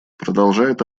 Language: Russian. продолжает